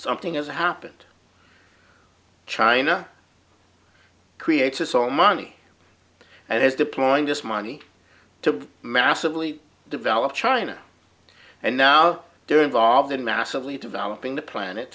something as happened china creates its own money and is deploying this money to massively develop china and now they're involved in massively developing the planet